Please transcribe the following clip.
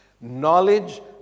Knowledge